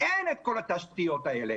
אין את כל התשתיות האלה.